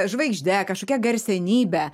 žvaigžde kažkokia garsenybe